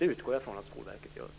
Det utgår jag från att Skolverket gör.